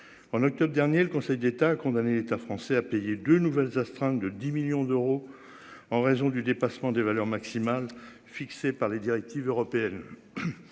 En octobre dernier, le Conseil d'État a condamné l'État français a payé de nouvelles astreinte de 10 millions d'euros. En raison du dépassement des valeurs maximales fixées par les directives européennes.